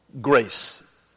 grace